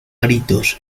gritos